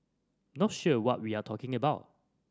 not sure what we're talking about